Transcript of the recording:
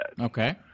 okay